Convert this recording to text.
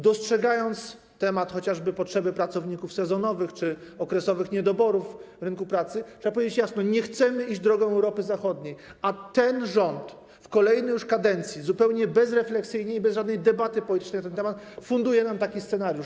Dostrzegając chociażby zapotrzebowanie na pracowników sezonowych czy okresowych, niedobory na rynku pracy, trzeba powiedzieć jasno: Nie chcemy iść drogą Europy Zachodniej, a ten rząd w kolejnej już kadencji zupełnie bezrefleksyjnie i bez żadnej debaty politycznej na ten temat funduje nam taki scenariusz.